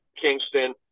Kingston